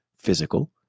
physical